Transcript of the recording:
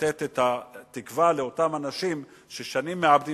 לתת את התקווה לאותם אנשים ששנים מעבדים